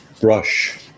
brush